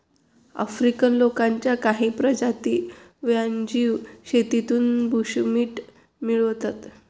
African लोकांच्या काही प्रजाती वन्यजीव शेतीतून बुशमीट मिळवतात